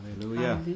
hallelujah